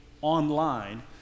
online